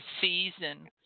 season